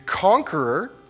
conqueror